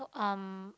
um